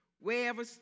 wherever